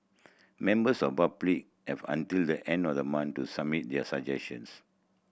members of public have until the end of the month to submit their suggestions